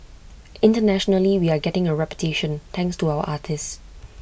internationally we're getting A reputation thanks to our artists